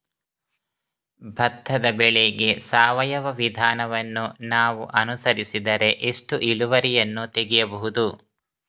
ಭತ್ತದ ಬೆಳೆಗೆ ಸಾವಯವ ವಿಧಾನವನ್ನು ನಾವು ಅನುಸರಿಸಿದರೆ ಎಷ್ಟು ಇಳುವರಿಯನ್ನು ತೆಗೆಯಬಹುದು?